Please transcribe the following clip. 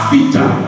Peter